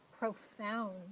Profound